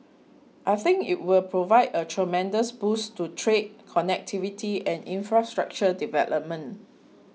I think it will provide a tremendous boost to trade connectivity and infrastructure development